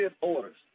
orders